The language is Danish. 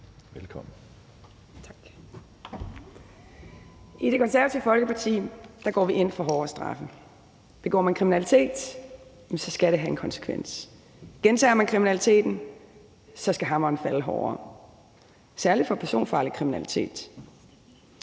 Tak. I Det Konservative Folkeparti går vi ind for hårdere straffe. Begår man kriminalitet, skal det have en konsekvens, og gentager man kriminaliteten, skal hammeren falde hårdere, særlig for personfarlig kriminalitet.